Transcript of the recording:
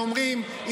לא אומרים את זה.